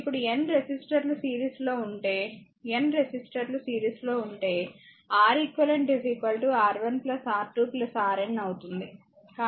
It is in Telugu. ఇప్పుడు N రెసిస్టర్లు సిరీస్లో ఉంటే N రెసిస్టర్లు సిరీస్లో ఉంటే R eq R1 R2 Rn అవుతుంది